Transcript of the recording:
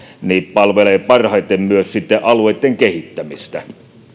palvelee parhaiten myös alueitten kehittämistä